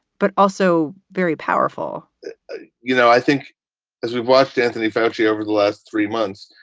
but also very powerful you know, i think as we watched anthony foushee over the last three months,